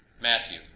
Matthew